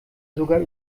sogar